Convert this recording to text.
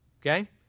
Okay